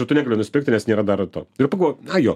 ir tu negali nusipirkti nes nėra dar to ir pagalvojau ai jo